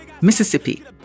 Mississippi